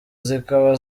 zikaba